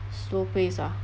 slow pace ah